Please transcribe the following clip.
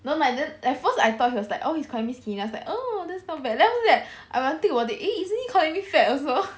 no like then at first I thought he was like oh he's calling me skinny then I was like oh that's not bad then after that when I think about it eh isn't he calling me fat also